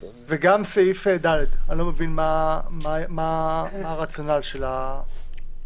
וגם, אני לא מבין את הרציונל של (ד).